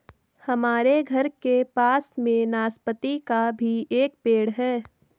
हमारे घर के पास में नाशपती का भी एक पेड़ है